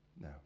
No